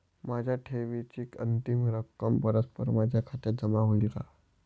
माझ्या ठेवीची अंतिम रक्कम परस्पर माझ्या खात्यात जमा होईल का?